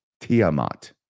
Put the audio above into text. Tiamat